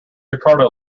ricardo